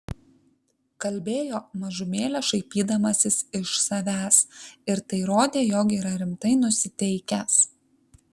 kalbėjo mažumėlę šaipydamasis iš savęs ir tai rodė jog yra rimtai nusiteikęs